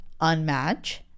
Unmatch